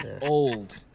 old